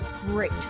great